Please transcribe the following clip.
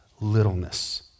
littleness